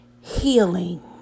healing